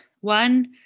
One